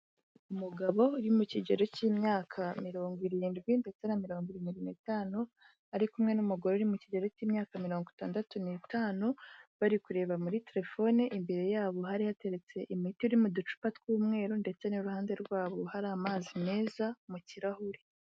Umugabo uri mu kigero cy'imyaka mirongo irindwi ndetse na mirongo irindwi n'itanu ari kumwe n'umugore uri mu kigero cy'imyaka mirongo itandatu n'itanu bari kureba muri telefone imbere yabo hari hateretse imiti iri mu ducupa tw'umweru ndetse n'uruhande rwabo hari amazi meza mu kirahure.